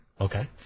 Okay